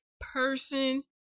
person